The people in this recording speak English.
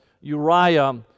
Uriah